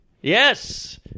Yes